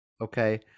Okay